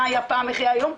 מה היה פעם ואיך היום,